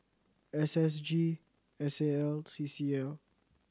S S G S A L C C L